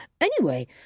Anyway